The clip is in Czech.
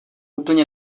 úplně